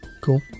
Cool